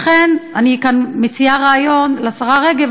לכן, אני כאן מציעה רעיון לשרה רגב.